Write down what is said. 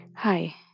Hi